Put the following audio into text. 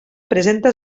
presenta